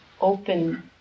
open